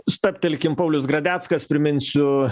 stabtelkim paulius gradeckas priminsiu